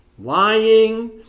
lying